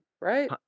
right